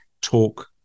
talk